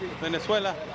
Venezuela